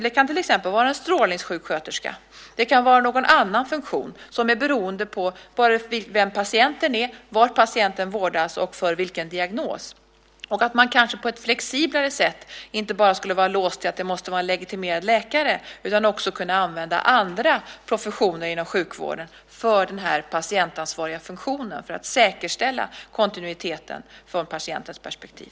Det kan till exempel vara en strålningssjuksköterska. Det kan vara någon annan funktion beroende på vem patienten är, var patienten vårdas och för vilken diagnos. Man kanske på ett flexiblare sätt inte skulle vara låst till att det måste vara en legitimerad läkare utan också kunna använda andra professioner inom sjukvården för den här patientansvariga funktionen, för att säkerställa kontinuiteten från patientens perspektiv.